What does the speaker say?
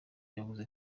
yabuze